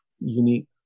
unique